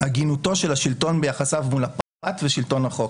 הגינותו של השלטון ביחסיו מול הפרט ושלטון החוק.